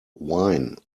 wine